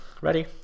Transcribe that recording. Ready